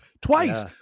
twice